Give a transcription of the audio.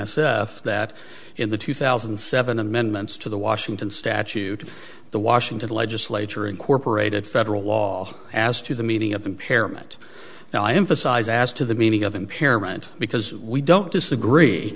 f that in the two thousand and seven amendments to the washington statute the washington legislature incorporated federal law as to the meaning of impairment now i emphasize as to the meaning of impairment because we don't disagree